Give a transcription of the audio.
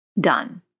done